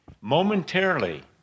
momentarily